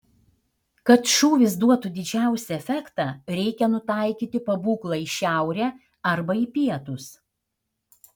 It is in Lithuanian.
kad šūvis duotų didžiausią efektą reikia nutaikyti pabūklą į šiaurę arba į pietus